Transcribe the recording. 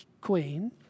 queen